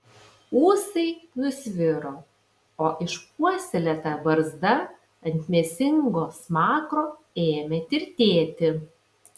ūsai nusviro o išpuoselėta barzda ant mėsingo smakro ėmė tirtėti